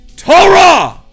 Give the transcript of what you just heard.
Torah